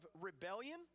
rebellion